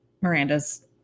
Miranda's